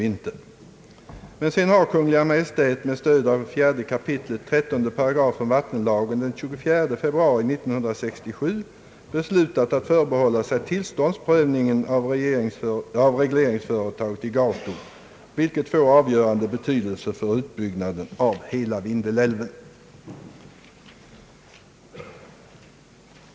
Kungl. Maj:t har sedan, med stöd av 4 kap. 13 8 vattenlagen, den 24 februari 1967 beslutat att förbehålla sig tillståndsprövningen av regleringsföretaget i Gauto, vilket får avgörande betydelse för utbyggnaden av hela Vindelälven.